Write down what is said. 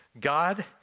God